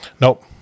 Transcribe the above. Nope